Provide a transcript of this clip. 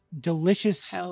delicious